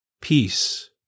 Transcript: peace